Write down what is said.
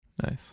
nice